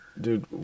dude